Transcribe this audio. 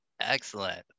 excellent